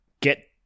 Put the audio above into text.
get